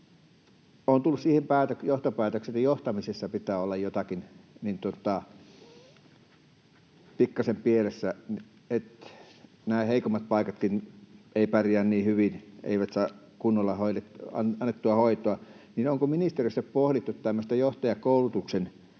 Olen tullut siihen johtopäätökseen, että johtamisessa pitää olla jotakin pikkasen pielessä näissä heikommissa paikoissa, jotka eivät pärjää niin hyvin eivätkä saa kunnolla annettua hoitoa. Onko ministeriössä pohdittu tämmöistä johtajakoulutuksen